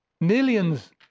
millions